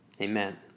Amen